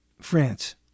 France